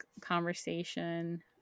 conversation